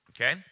okay